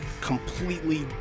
completely